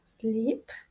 sleep